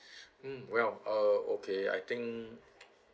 mm well okay I think